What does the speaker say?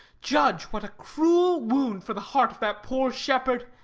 judge what a cruel wound for the heart of that poor shepherd!